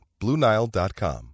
BlueNile.com